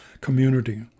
community